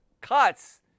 cuts